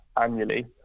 annually